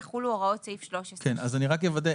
יחולו הוראות סעיף 13."; אני רק אוודא.